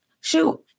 Shoot